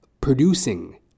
producing